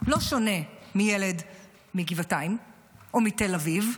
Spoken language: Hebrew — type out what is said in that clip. לא שונה מילד בגבעתיים או בתל אביב,